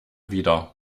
wieder